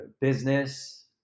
business